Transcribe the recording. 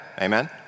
Amen